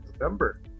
November